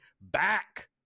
back